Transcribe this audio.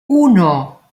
uno